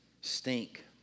stink